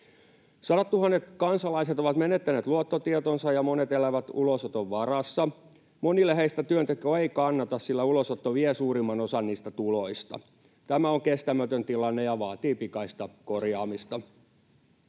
Sadat tuhannet kansalaiset ovat menettäneet luottotietonsa ja monet elävät ulosoton varassa. Monille heistä työnteko ei kannata, sillä ulosotto vie suurimman osan niistä tuloista. Tämä on kestämätön tilanne ja vaatii pikaista korjaamista.